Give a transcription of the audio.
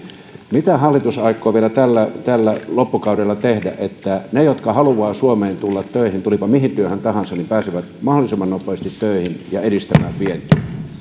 mitä hallitus aikoo vielä tällä tällä loppukaudella tehdä jotta ne jotka haluavat suomeen tulla töihin tulivatpa mihin työhön tahansa pääsevät mahdollisimman nopeasti töihin ja edistämään vientiä